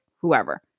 whoever